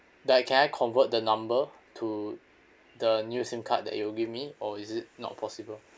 like can I convert the number to the new sim card that you will give me or is it not possible